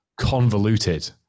convoluted